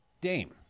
Dame